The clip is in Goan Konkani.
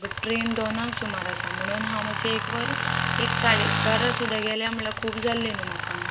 बट ट्रेन दोनाक सुमार आसा म्हणून हांव मात्शे एक वर एक साडे बारा सुद्दा गेल्या म्हळ्यार खूब जाल्ली न्हू म्हाका